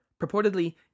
purportedly